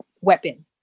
weapon